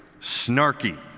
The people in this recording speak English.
snarky